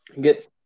Get